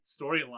storyline